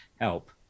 help